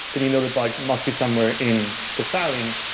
then you know the bug must be somewhere in the styling.